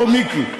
או מיקי.